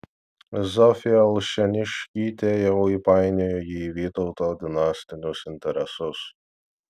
zofija alšėniškytė jau įpainiojo jį į vytauto dinastinius interesus